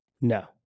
no